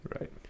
right